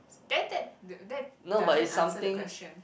then that that that doesn't answer the question